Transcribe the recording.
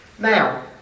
Now